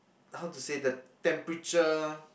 how to say the temperature